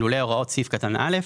אילולא הוראות סעיף קטן (א),